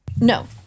No